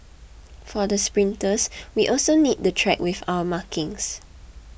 for the sprinters we also need the track with our markings